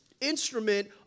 instrument